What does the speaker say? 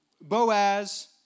Boaz